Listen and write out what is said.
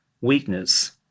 weakness